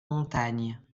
montagne